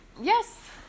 Yes